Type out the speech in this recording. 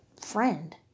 friend